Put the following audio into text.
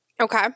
Okay